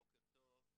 בוקר טוב.